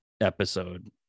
episode